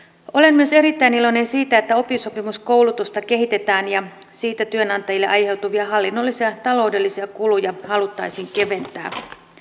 olen myös erittäin iloinen siitä että oppisopimuskoulutusta kehitetään ja siitä työnantajille aiheutuvia hallinnollisia taloudellisia kuluja haluttaisiin keventää